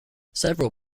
several